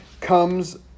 comes